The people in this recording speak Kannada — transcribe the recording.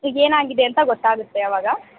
ಈಗ ಏನಾಗಿದೆ ಅಂತ ಗೊತ್ತಾಗುತ್ತೆ ಅವಾಗ